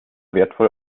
wertvoll